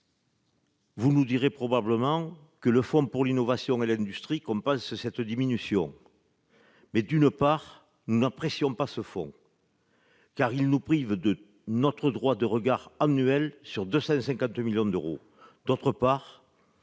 vous nous direz probablement que le Fonds pour l'innovation et l'industrie compense cette baisse des crédits. Mais, d'une part, nous n'apprécions pas ce fonds, car il nous prive de notre droit de regard annuel sur 250 millions d'euros et, d'autre part,